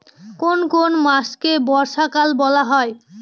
কোন কোন মাসকে বর্ষাকাল বলা হয়?